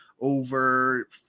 over